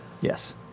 yes